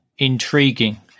intriguing